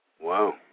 Wow